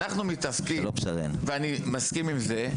אנחנו מתעסקים ואני מסכים עם זה,